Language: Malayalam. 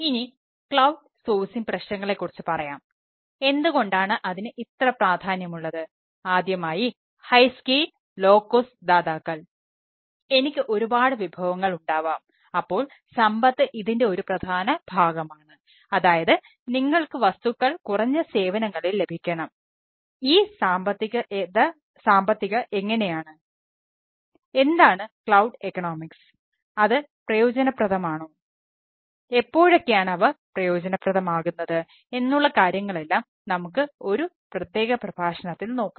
ഇനി ക്ലൌഡ് സോഴ്സിംഗ് അത് പ്രയോജനപ്രദം ആണോ എപ്പോഴൊക്കെയാണ് അവ പ്രയോജനപ്രദം ആകുന്നത് എന്നുള്ള കാര്യങ്ങളെല്ലാം നമുക്ക് ഒരു പ്രത്യേക പ്രഭാഷണത്തിൽ നോക്കാം